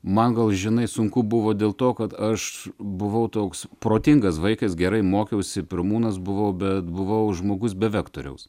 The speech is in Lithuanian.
man gal žinai sunku buvo dėl to kad aš buvau toks protingas vaikas gerai mokiausi pirmūnas buvau bet buvau žmogus be vektoriaus